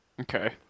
Okay